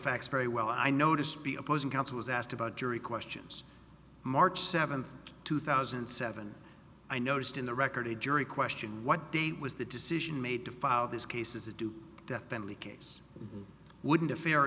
facts very well i noticed be opposing counsel was asked about jury questions march seventh two thousand and seven i noticed in the record a jury question what date was the decision made to file this case is a do death penalty case wouldn't a fair